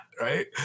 Right